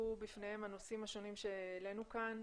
בפניהם הנושאים השונים שהעלינו כאן,